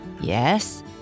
Yes